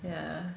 yeah